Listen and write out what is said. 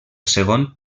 segon